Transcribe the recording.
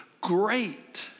great